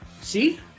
See